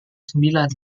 sembilan